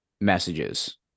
messages